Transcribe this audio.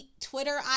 Twitter